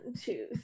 two